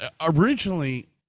Originally